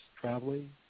traveling